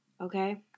okay